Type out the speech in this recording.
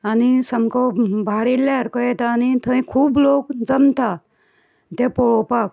आनी सामको भार येयल्या सारको येता आनी थंय खूब लोक जमता ते पोळोपाक